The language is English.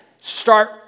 start